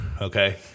okay